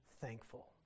thankful